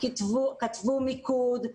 כתבו מיקוד,